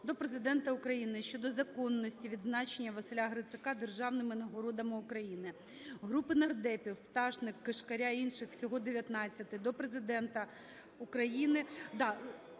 до Президента України щодо законності відзначення Василя Грицака державними нагородами. Групи нардепів (Пташник. Кишкаря та інших. Всього 19) до Президента України…